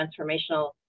transformational